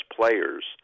players